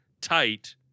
tight